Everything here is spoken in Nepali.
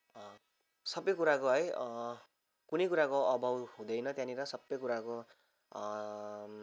सबै कुराको है कुनै कुराको अभाव हुँदैन त्यहाँनिर सबै कुराको